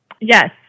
Yes